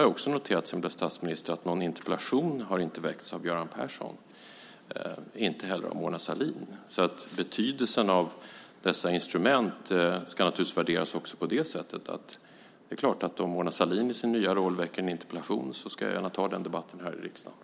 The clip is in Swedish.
Jag har sedan jag blev statsminister noterat att någon interpellation inte väckts av Göran Persson och inte heller av Mona Sahlin. Betydelsen av detta instrument ska naturligtvis också värderas på så sätt att om Mona Sahlin i sin nya roll väcker en interpellation ska jag gärna ta den debatten i riksdagen.